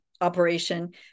operation